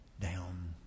down